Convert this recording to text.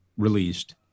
released